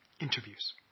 interviews